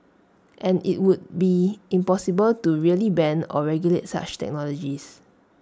and IT would be impossible to really ban or regulate such technologies